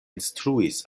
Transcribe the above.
instruis